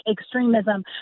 extremism